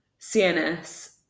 cns